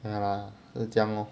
ya lah 是这样 lor